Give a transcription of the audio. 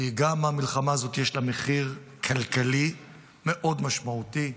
למלחמה הזאת יש גם מחיר כלכלי מאוד משמעותי.